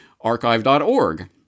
archive.org